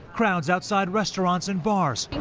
crowds outside restaurants and bars.